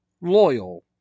loyal